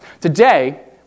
Today